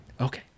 Okay